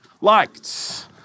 Liked